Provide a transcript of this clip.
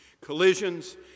Collisions